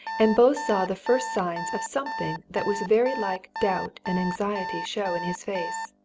and both saw the first signs of something that was very like doubt and anxiety show in his face.